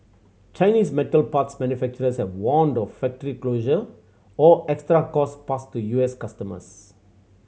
Chinese metal parts manufacturers have warned of factory closure or extra cost passed to U S customers